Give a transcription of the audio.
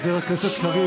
חבר הכנסת קריב,